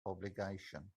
obligation